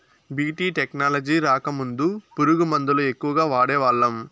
BT technology రాకముందు పురుగు మందుల ఎక్కువగా వాడేవాళ్ళం